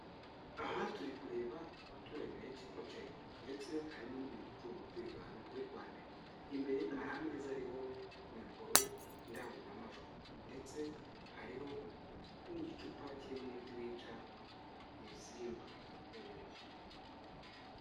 Aha turi kureba abaturage benshi bicaye, ndetse harimo n'umuntu ucunga umutekano uri kwandika. Imbere hari ameza ariho mikoro, indangururamajwi, ndetse hari hariho n'igicupa kirimo umuti wica ibisimba ku ntoki.